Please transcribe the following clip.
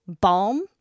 Balm